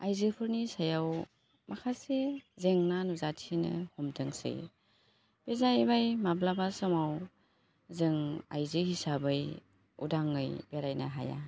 आइजोफोरनि सायाव माखासे जेंना नुजाथिनो हमदोंसै बे जाहैबाय माब्लाबा समाव जों आइजो हिसाबै उदाङै बेरायनो हाया